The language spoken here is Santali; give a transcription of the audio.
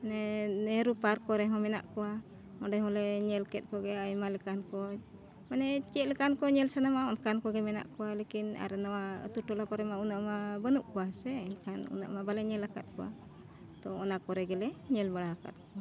ᱢᱟᱱᱮ ᱱᱮᱦᱨᱩ ᱯᱟᱨᱠ ᱠᱚᱨᱮ ᱦᱚᱸ ᱢᱮᱱᱟᱜ ᱠᱚᱣᱟ ᱚᱸᱰᱮ ᱦᱚᱸᱞᱮ ᱧᱮᱞ ᱠᱮᱫ ᱠᱚᱜᱮ ᱟᱭᱢᱟ ᱞᱮᱠᱟᱱ ᱠᱚ ᱢᱟᱱᱮ ᱪᱮᱫ ᱞᱮᱠᱟᱱ ᱠᱚ ᱧᱮᱞ ᱥᱟᱱᱟᱢᱟ ᱚᱱᱠᱟᱱ ᱠᱚᱜᱮ ᱢᱮᱱᱟᱜ ᱠᱚᱣᱟ ᱞᱮᱠᱤᱱ ᱟᱨ ᱱᱚᱣᱟ ᱟᱛᱳᱼᱴᱚᱞᱟ ᱠᱚᱨᱮ ᱢᱟ ᱩᱱᱟᱹᱜ ᱢᱟ ᱵᱟᱹᱱᱩᱜ ᱠᱚᱣᱟ ᱥᱮ ᱮᱱᱠᱷᱟᱱ ᱩᱱᱟᱹᱜ ᱢᱟ ᱵᱟᱞᱮ ᱧᱮᱞ ᱟᱠᱟᱫ ᱠᱚᱣᱟ ᱛᱚ ᱚᱱᱟ ᱠᱚᱨᱮ ᱜᱮᱞᱮ ᱧᱮᱞ ᱵᱟᱲᱟ ᱟᱠᱟᱫ ᱠᱚᱣᱟ